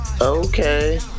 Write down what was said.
okay